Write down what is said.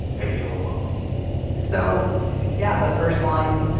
i feel alone so yeah. the first line.